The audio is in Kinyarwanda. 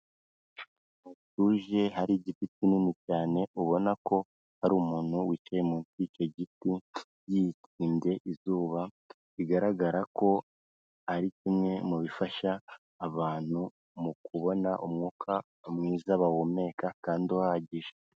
Ahantu hatuje, hari igiti kinini cyane ubona ko hari umuntu wicaye munsi icyo giti yikinze izuba bigaragara ko ari kimwe mu bifasha abantu mu kubona umwuka mwiza bahumeka kandi uhagije.